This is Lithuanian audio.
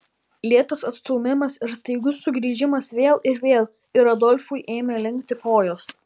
lėtas atstūmimas ir staigus sugrįžimas vėl ir vėl ir adolfui ėmė linkti kojos